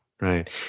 Right